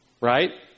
right